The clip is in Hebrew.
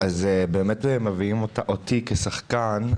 מביאים אותי כשחקן.